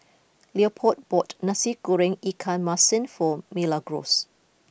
Leopold bought Nasi Goreng Ikan Masin for Milagros